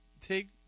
take